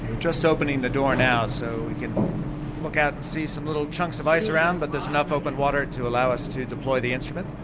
just opening the door now, so we can look out and see some little chunks of ice around but there's enough open water to allow us to deploy the instrument.